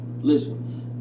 listen